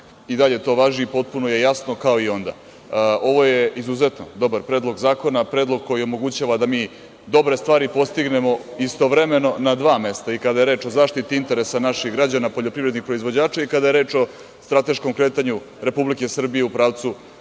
i dalje to važi, potpuno je jasno kao i onda, ovo je izuzetno dobar Predlog zakona, predlog koji omogućava da mi dobre stvari postignemo istovremeno na dva mesta i kada je reč o zaštiti interesa naših građana poljoprivrednih proizvođača i kada je reč o strateškom kretanju Republike Srbije u pravcu